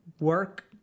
work